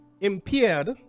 impaired